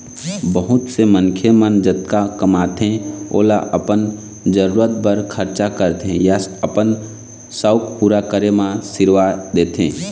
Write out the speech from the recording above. बहुत से मनखे मन जतका कमाथे ओला अपन जरूरत बर खरचा करथे या अपन सउख पूरा करे म सिरवा देथे